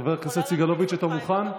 חבר כנסת סגלוביץ', אתה מוכן?